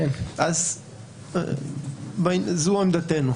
זו עמדתנו.